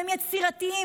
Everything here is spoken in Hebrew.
הם יצירתיים,